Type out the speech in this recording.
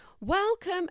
Welcome